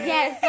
Yes